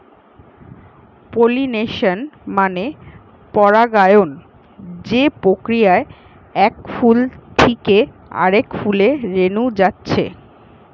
pollination মানে পরাগায়ন যে প্রক্রিয়ায় এক ফুল থিকে আরেক ফুলে রেনু যাচ্ছে